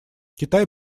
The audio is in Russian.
китай